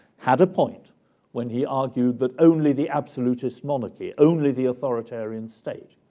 had a point when he argued that only the absolutist monarchy, only the authoritarian state,